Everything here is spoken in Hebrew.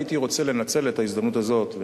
הייתי רוצה לנצל את ההזדמנות הזאת,